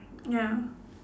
ya